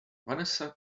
vanessa